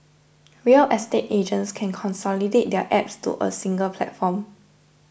real estate agents can consolidate their apps to a single platform